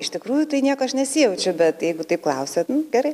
iš tikrųjų tai nieko aš nesijaučiu bet jeigu taip klausiat nu gerai